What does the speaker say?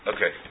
Okay